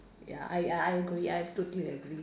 ya I I agree I totally agree